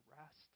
rest